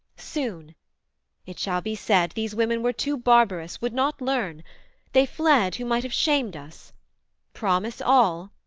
soon it shall be said, these women were too barbarous, would not learn they fled, who might have shamed us promise, all